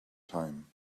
time